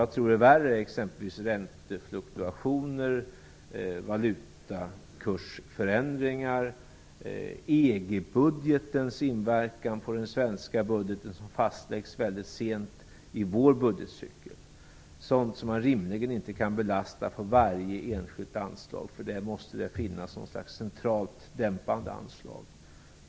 Jag tror att det är värre med räntefluktuationer, valutakursförändringar och EU budgetens inverkan på den svenska budgeten som fastställs väldigt sent i vår budgetcykel. Det är sådant som rimligen inte kan belasta varje enskilt anslag, utan här måste det finnas ett sorts centralt dämpande anslag.